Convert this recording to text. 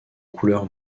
couleur